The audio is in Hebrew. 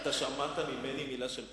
שמעת ממני מלה של פחד?